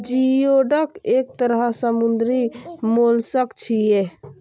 geoduck एक तरह समुद्री मोलस्क छियै